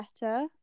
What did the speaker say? better